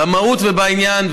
במהות ובעניין.